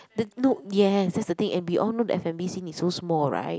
the no yes that's the thing and we all know F&B thing is so small right